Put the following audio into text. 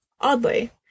oddly